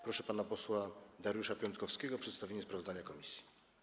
Proszę pana posła Dariusza Piontkowskiego o przedstawienie sprawozdania komisji.